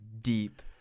deep